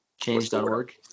change.org